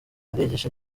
aragisha